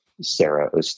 Sarah